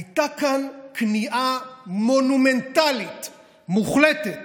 הייתה כאן כניעה מונומנטלית מוחלטת